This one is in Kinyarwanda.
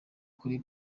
kuri